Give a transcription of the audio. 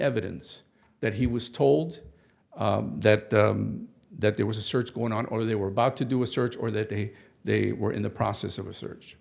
evidence that he was told that that there was a search going on or they were about to do a search or that they they were in the process of a search